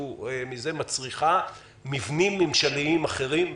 מצריכה מבנים ממשלתיים אחרים.